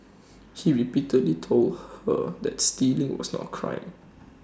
he repeatedly told her that stealing was not A crime